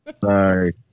Sorry